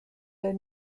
der